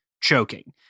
choking